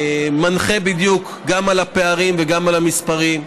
מצביע בדיוק גם על הפערים וגם על המספרים.